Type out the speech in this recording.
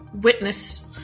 witness